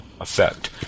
effect